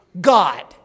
God